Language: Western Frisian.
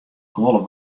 wolle